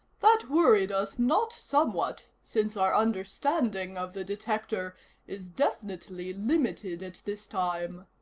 that worried us not somewhat, since our understanding of the detector is definitely limited at this time.